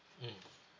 mmhmm